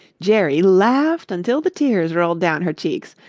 jerry laughed until the tears rolled down her cheeks,